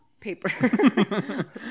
Paper